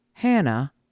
Hannah